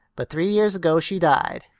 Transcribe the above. but three years ago she died.